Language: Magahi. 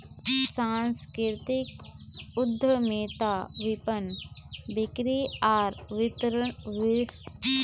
सांस्कृतिक उद्यमिता विपणन, बिक्री आर वितरनेर कार्यात्मक क्षेत्रको प्रभावित कर छेक